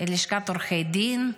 עורכי הדין,